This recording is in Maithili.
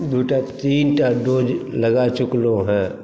दू टा तीन टा डोज लगा चुकलो हेँ